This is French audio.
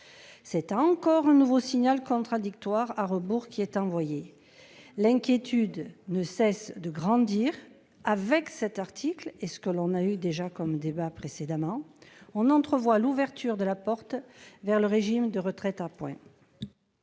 Cette a encore un nouveau signal contre-indiqué. Bonsoir à rebours qui est envoyé l'inquiétude ne cesse de grandir avec cet article et ce que l'on a eu déjà comme débat précédemment on entrevoit l'ouverture de la porte vers le régime de retraite à points.